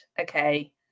okay